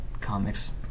Comics